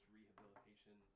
rehabilitation